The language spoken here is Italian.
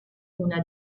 una